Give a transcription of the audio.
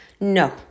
No